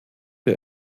der